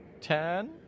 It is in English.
Ten